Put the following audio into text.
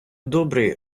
добрий